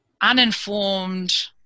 uninformed